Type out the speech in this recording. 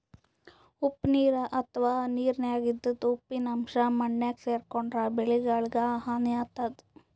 ಉಪ್ಪ್ ನೀರ್ ಅಥವಾ ನೀರಿನ್ಯಾಗ ಇದ್ದಿದ್ ಉಪ್ಪಿನ್ ಅಂಶಾ ಮಣ್ಣಾಗ್ ಸೇರ್ಕೊಂಡ್ರ್ ಬೆಳಿಗಳಿಗ್ ಹಾನಿ ಆತದ್